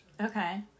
Okay